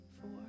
four